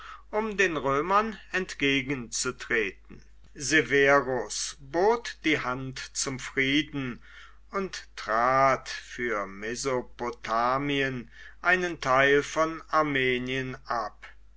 um den römern entgegenzutreten severus bot die hand zum frieden und trat für mesopotamien einen teil von armenien ab